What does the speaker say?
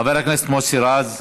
חבר הכנסת מוסי רז,